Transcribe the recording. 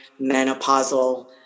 menopausal